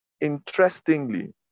Interestingly